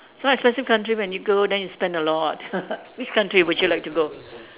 so expensive country when you go then you spend a lot which country would you like to go